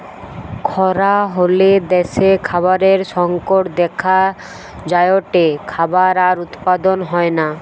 খরা হলে দ্যাশে খাবারের সংকট দেখা যায়টে, খাবার আর উৎপাদন হয়না